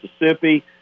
Mississippi